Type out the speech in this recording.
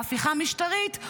בהפיכה משטרית,